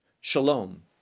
Shalom